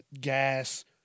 gas